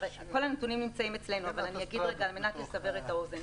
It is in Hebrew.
כל הנתונים נמצאים אצלנו אבל אגיד על מנת לסבר את האוזן.